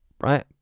Right